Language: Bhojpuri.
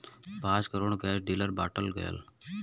पाँच करोड़ गैस सिलिण्डर बाँटल गएल